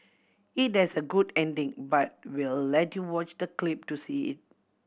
it has a good ending but we'll let you watch the clip to see it